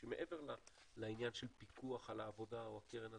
שהם מעבר לעניין של הפיקוח על העבודה או הקרן הזו.